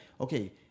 okay